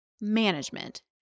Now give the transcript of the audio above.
management